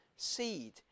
seed